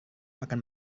akan